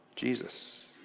Jesus